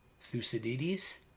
Thucydides